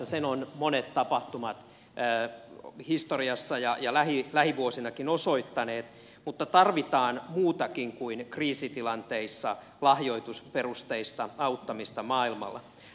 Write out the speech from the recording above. sen ovat monet tapahtumat historiassa ja lähivuosinakin osoittaneet mutta tarvitaan muutakin kuin kriisitilanteissa lahjoitusperusteista auttamista maailmalla